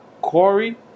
Corey